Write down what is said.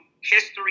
history